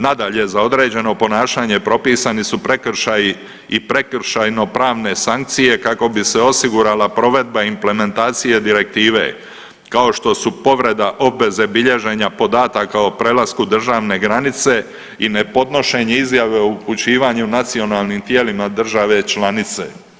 Nadalje, za određeno ponašanje propisani su prekršaji i prekršajno-pravne sankcije kako bi se osigurala provedba i implementacije direktive kao što su povreda obveze bilježenja podataka o prelasku državne granice i ne podnošenje izjave o upućivanju nacionalnim tijelima države članice.